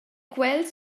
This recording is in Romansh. quels